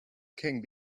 king